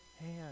hand